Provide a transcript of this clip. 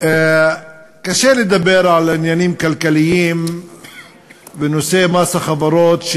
קשה לדבר על עניינים כלכליים בנושא מס החברות.